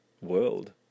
world